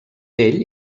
pell